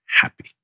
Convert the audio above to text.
happy